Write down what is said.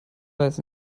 weiß